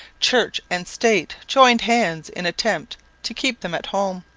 church and state joined hands in attempt to keep them at home.